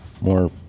more